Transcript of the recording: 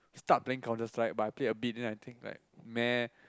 start playing Counter Strike but I play a bit then I think like !meh!